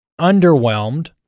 underwhelmed